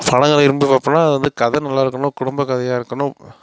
படங்களை விரும்பி பார்ப்பேனா அது கதை நல்லாயிருக்குணும் குடும்ப கதையாகருக்குணும்